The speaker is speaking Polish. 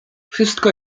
wszystko